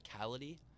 physicality